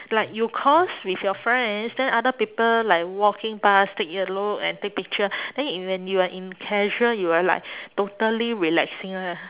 like you cos with your friends then other people like walking past take a look and take picture then in when you're in casual you will like totally relaxing lah